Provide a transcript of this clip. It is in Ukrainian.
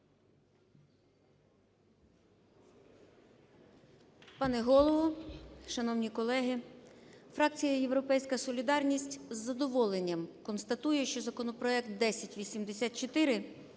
Пане Голово, шановні колеги, фракція "Європейська солідарність" з задоволенням констатує, що законопроект 1084